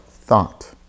thought